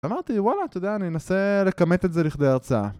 אמרתי, וואלה, אתה יודע, אני אנסה לכמת את זה לכדי הרצאה